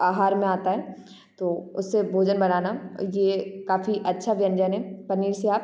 आहार में आता है तो उससे भोजन बनाना ये काफ़ी अच्छा व्यंजन है पनीर से आप